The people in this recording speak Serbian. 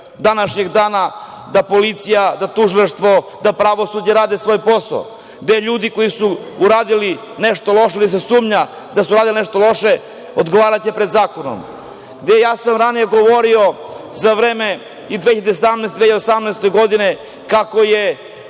današnjeg dana da policija, tužilaštvo i da pravosuđe radi svoj posao, gde ljudi koji su uradili nešto loše ili se sumnja da su uradili nešto loše da će odgovarati pred zakonom. Ranije sam ja govorio, za vreme 2017. - 2018. godine, vezano za